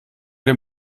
dem